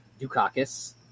Dukakis